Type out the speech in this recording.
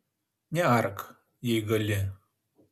neark jei gali